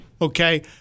Okay